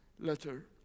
letter